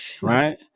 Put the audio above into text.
Right